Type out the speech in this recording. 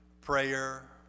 prayer